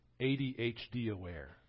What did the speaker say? ADHD-aware